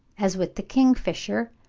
as with the kingfisher,